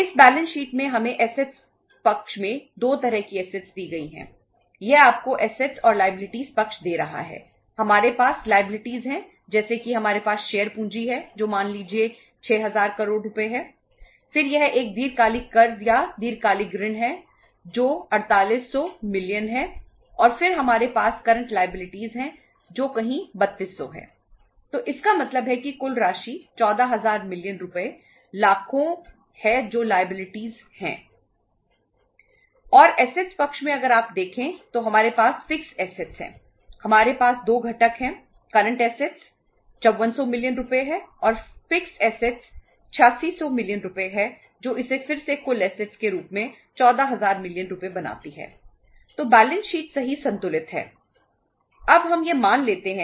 इस balance sheet हैं